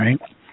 right